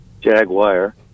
Jaguar